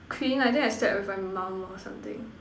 clean I think I slept with my mom or something